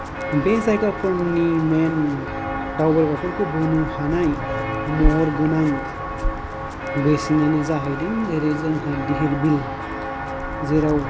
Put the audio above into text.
बे जायगाफोरनि मेन दावबायग्राफोरखौ बोनो हानाय महरगोनां बेसेनानो जाहैदों जेरै जोंहा धिर बिल जेराव